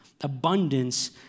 abundance